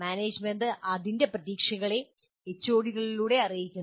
management അതിന്റെ പ്രതീക്ഷകളെ എച്ച്ഒഡികളിലൂടെ അറിയിക്കുന്നു